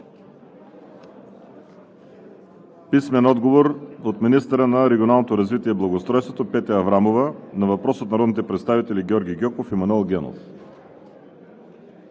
Генов; – министъра на регионалното развитие и благоустройството Петя Аврамова на въпрос от народните представители Георги Гьоков и Манол Генов;